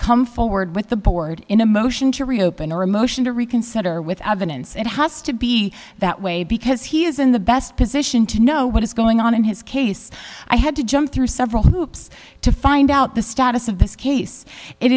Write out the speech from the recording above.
come forward with the board in a motion to reopen or a motion to reconsider without evidence it has to be that way because he is in the best position to know what is going on in his case i had to jump through several hoops to find out the status of this case it